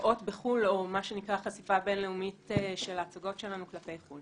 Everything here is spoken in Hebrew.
הופעות בחו"ל או חשיפה בין-לאומית של ההצגות שלנו כלפי חו"ל,